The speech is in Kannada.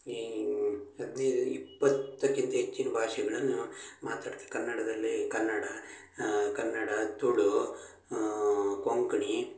ಈ ಹದಿನೈದು ಇಪ್ಪತ್ತಕ್ಕಿಂತ ಹೆಚ್ಚಿನ ಭಾಷೆಗಳನ್ನು ಮಾತಾಡ್ತಾ ಕನ್ನಡದಲ್ಲಿ ಕನ್ನಡ ಕನ್ನಡ ತುಳು ಕೊಂಕಣಿ